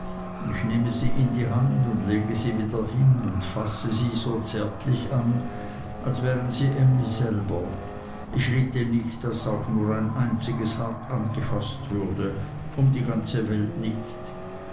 ich nehme sie in die hand und lege sie wieder hin und fasse sie so zärtlich an als wären sie emly selber ich litte nicht daß auch nur ein einziges hart angefaßt würde um die ganze welt nicht